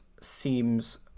seems